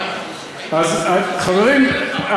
חברים,